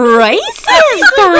racist